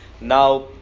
Now